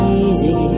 easy